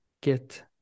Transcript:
get